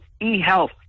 e-health